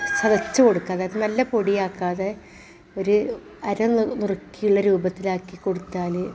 ചതച്ച് കൊടുക്കുക അതായത് നല്ല പൊടി ആക്കാതെ ഒരു അര നുറുക്കിയുള്ള രൂപത്തിലാക്കി കൊടുത്താൽ